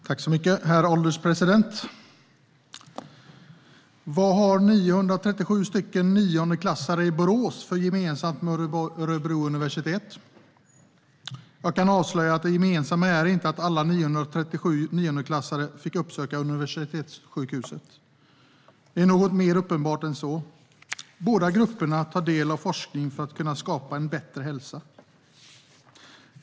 Herr ålderspresident! Vad har 937 niondeklassare i Borås gemensamt med Örebro universitetssjukhus? Jag kan avslöja att det gemensamma inte är att alla 937 niondeklassare fick uppsöka universitetssjukhuset. Det är något som är mer uppenbart än så. Båda grupperna tar nämligen del av forskningen för att kunna skapa en bättre hälsa.